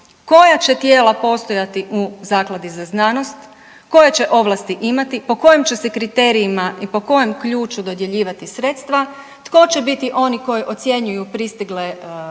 koja će tijela postojati u Zakladi za znanost, koje će ovlasti imati, po kojim će se kriterijima i po kojem ključu dodjeljivati sredstva, tko će biti oni koji ocjenjuju pristigle prijave,